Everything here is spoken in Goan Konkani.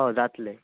जातलें